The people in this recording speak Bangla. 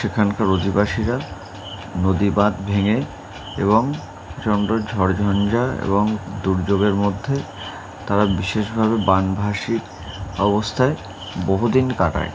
সেখানকার অধিবাসীরা নদীবাঁধ ভেঙে এবং প্রচণ্ড ঝড় ঝঞ্জা এবং দুর্যোগের মধ্যে তারা বিশেষভাবে বানভাষী অবস্থায় বহুদিন কাটায়